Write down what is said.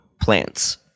plants